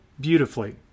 beautifully